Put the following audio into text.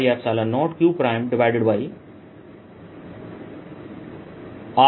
r dz